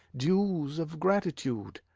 dues of gratitude.